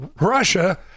Russia